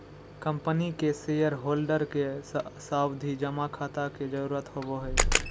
company के shareholder के सावधि जमा खाता के जरूरत होवो हय